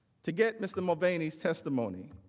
to get mr. mulvaney's testimony.